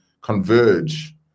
converge